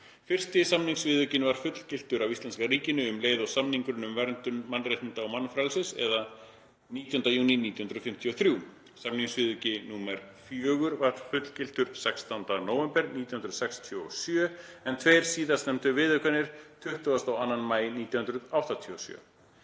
Fyrsti samningsviðaukinn var fullgiltur af íslenska ríkinu um leið og samningurinn um verndun mannréttinda og mannfrelsis, eða 19. júní 1953. Samningsviðauki nr. 4 var fullgiltur 16. nóvember 1967, en tveir síðastnefndu viðaukarnir 22. maí 1987.